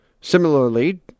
Similarly